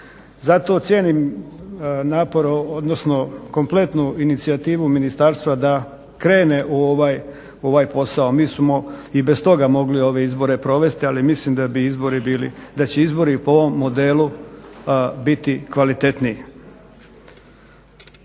napor, odnosno kompletnu inicijativu ministarstva da krene u ovaj posao. Mi smo i bez toga mogli ove izbore provesti, ali mislim da će izbori po ovom modelu biti kvalitetniji.